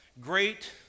Great